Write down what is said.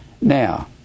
Now